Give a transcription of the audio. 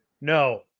No